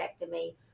mastectomy